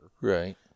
right